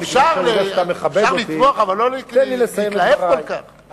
אפשר לתמוך, אבל לא להתלהב כל כך.